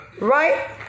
right